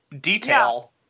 detail